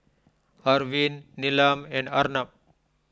Arvind Neelam and Arnab